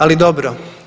Ali dobro.